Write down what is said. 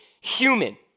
human